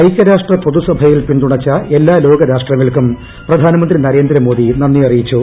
ഐകൃരാഷ്ട്ര പൊതുസഭയിൽ പിന്തുണച്ച എല്ലാ ലോകരാഷ്ട്രങ്ങൾക്കും പ്രധാനമന്ത്രി നരേന്ദ്ര മോദി നന്ദി അറിയിച്ചു